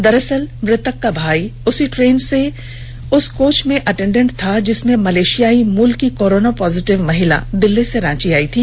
दरअसल मृतक का भाई उसी ट्रेन के कोच में अटेंडेंट था जिससे मलेशियाई मूल की कोरोना पॉजिटिव महिला दिल्ली से रांची आई थी